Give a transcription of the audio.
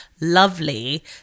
lovely